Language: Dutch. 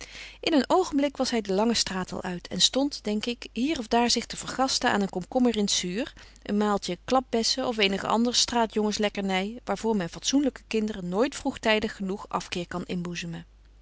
in een oogenblik was hij de lange straat al uit en stond denk ik hier of daar zich te vergasten aan een komkommer in t zuur een maatje klapbessen of eenige andere straatjongenslekkernij waarvoor men fatsoenlijke kinderen nooit vroegtijdig genoeg afkeer kan